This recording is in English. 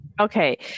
Okay